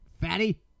Fatty